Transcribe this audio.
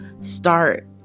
start